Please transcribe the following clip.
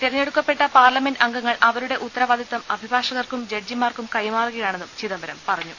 തെരഞ്ഞെടുക്ക പ്പെട്ട പാർലമെന്റ് അംഗുങ്ങൾ അവരുടെ ഉത്തരവാദിത്വം അഭിഭാ ഷകർക്കും ജഡ്ജിമാർക്കും കൈമാറുകയാണെന്നും ചിദംബരം പറഞ്ഞു